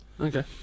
Okay